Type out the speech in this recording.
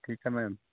ठीक है मैम